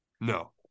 No